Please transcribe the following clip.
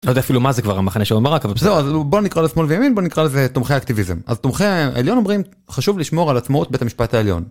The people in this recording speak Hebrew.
לא יודע אפילו מה זה כבר "המחנה שלום ערק", אבל בסדר. -זהו, בוא נקרא לזה שמאל וימין, בוא נקרא לזה תומכי אקטיביזם. אז תומכי העליון אומרים: חשוב לשמור על עצמאות בית המשפט העליון.